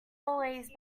always